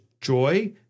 joy